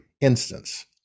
instance